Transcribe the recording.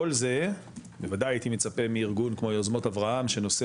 כל זה בוודאי הייתי מצפה מארגון כמו יוזמות אברהם שנושא